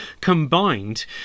combined